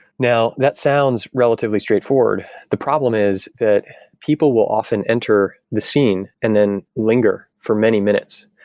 now, that sounds relatively straightforward. the problem is that people will often enter the scene and then linger for many minutes,